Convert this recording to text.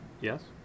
Yes